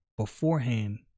beforehand